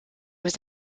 was